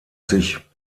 sich